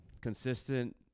consistent